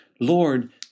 Lord